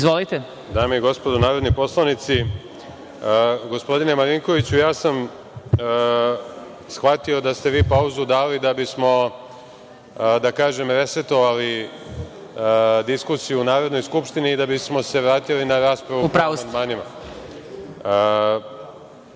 Dame i gospodo narodni poslanici, gospodine Marinkoviću, ja sam shvatio da ste vi pauzu dali da bismo, da kažem, resetovali diskusiju u Narodnoj skupštini i da bi smo se vratili na raspravu po